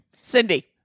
Cindy